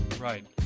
Right